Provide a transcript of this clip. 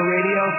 Radio